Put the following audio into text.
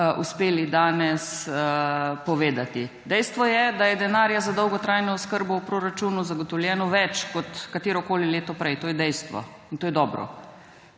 uspeli danes povedati. Dejstvo je, da je denarja za dolgotrajno oskrbo v proračunu zagotovljeno več kot katerokoli leto prej. To je dejstvo in to je dobro.